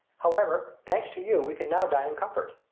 however, thanks to you, we can now dine in comfort.